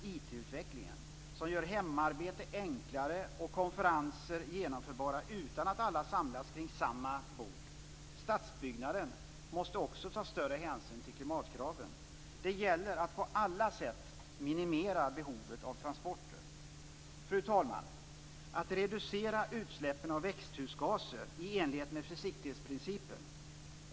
Även på grunda vatten är bottendöden markant utbredd. När bottnarna dör är det väldigt illa ställt.